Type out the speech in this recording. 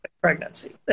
pregnancy